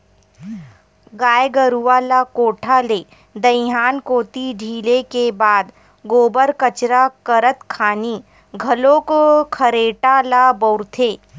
गाय गरुवा ल कोठा ले दईहान कोती ढिले के बाद गोबर कचरा करत खानी घलोक खरेटा ल बउरथे